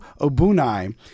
Obunai